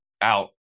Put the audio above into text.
out